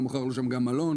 הוא מכר לו שם גם מלון,